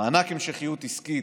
מענק המשכיות עסקית,